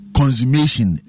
consummation